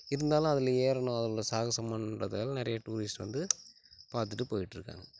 இருந்தாலும் அதில் ஏறணும் அதில் சாகசம் பண்றதால் நிறைய டூரிஸ்ட் வந்து பார்த்துட்டு போய்கிட்ருக்காங்க